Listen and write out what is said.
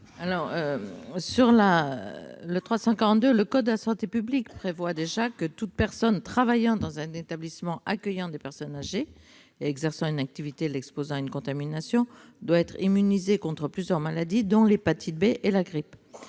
n° 342, le code de la santé publique prévoit déjà que toute personne travaillant dans un établissement accueillant des personnes âgées et exerçant une activité l'exposant à une contamination doit être immunisée contre plusieurs maladies, dont l'hépatite B et la grippe.